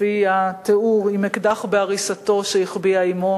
לפי התיאור, עם אקדח בעריסתו, שהחביאה אמו